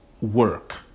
work